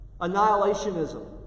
Annihilationism